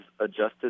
adjusted